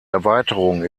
erweiterung